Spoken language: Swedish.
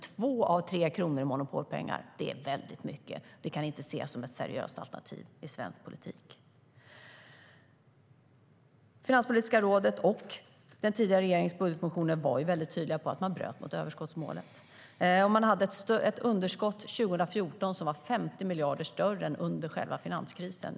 2 av 3 kronor i monopolpengar är väldigt mycket. Det kan inte ses som ett seriöst alternativ i svensk politik. Finanspolitiska rådet och den tidigare regeringens budgetmotioner var tydliga med att man bröt mot överskottsmålet. Man hade ett underskott 2014 som var 50 miljarder större än under själva finanskrisen.